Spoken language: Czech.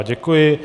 Děkuji.